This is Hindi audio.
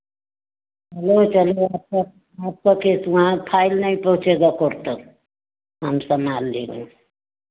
चलो चलो आपका आपका केस वहाँ फाइल नहीं पहुँचेगा कोर्ट तक हम संभाल लेंगे